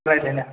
रायज्लायना